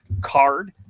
card